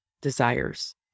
desires